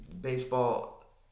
baseball